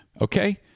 Okay